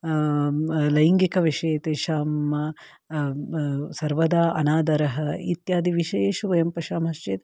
लैङ्गिकविषये तेषां सर्वदा अनादरः इत्यादि विषयेषु वयं पश्यामश्चेत्